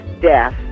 death